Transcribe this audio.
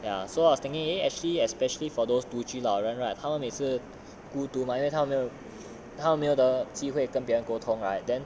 ya so I was thinking eh actually especially for those 独居老人 right 他们每次孤独 mah 因为他们没有他们没有的机会跟别人沟通 right then